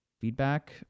feedback